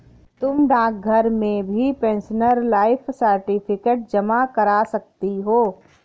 तुम डाकघर में भी पेंशनर लाइफ सर्टिफिकेट जमा करा सकती हो